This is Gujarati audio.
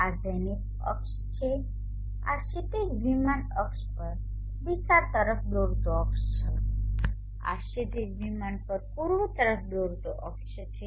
આ ઝેનિથ અક્ષ છે આ ક્ષિતિજ વિમાન પર દિશા તરફ દોરતો અક્ષ છે આ ક્ષિતિજ વિમાન પર પૂર્વ તરફ દોરતો અક્ષ છે